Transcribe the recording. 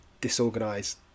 disorganized